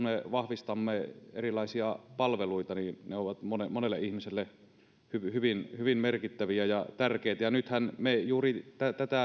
me vahvistamme erilaisia palveluita ja ne ovat monelle ihmiselle hyvin hyvin merkittäviä ja tärkeitä nythän me juuri